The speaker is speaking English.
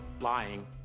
lying